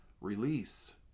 release